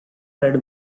red